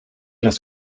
las